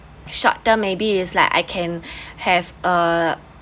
short term maybe is like I can have a